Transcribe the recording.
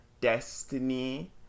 destiny